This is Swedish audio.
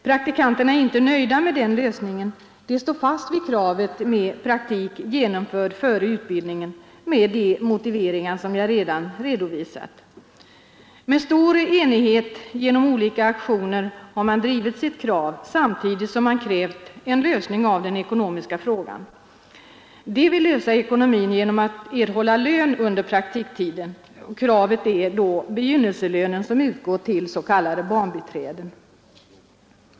Praktikanterna är inte nöjda med den lösningen. De står fast vid kravet på praktik genomförd före utbildningen med de motiveringar som jag redan har redovisat. Med stor enighet och genom olika aktioner har man drivit sitt krav, samtidigt som man krävt en lösning av den ekonomiska frågan. Denna vill de lösa på så sätt att de erhåller lön under praktiktiden. Kravet är den begynnelselön som utgår till s.k. barnbiträden.